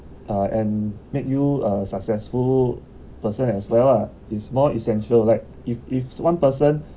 uh and make you a successful person as well lah it's more essential like if if one person